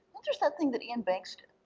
there's that thing that iain banks did.